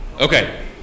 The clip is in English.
Okay